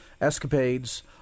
escapades